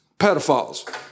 Pedophiles